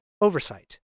oversight